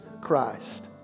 Christ